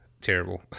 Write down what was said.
terrible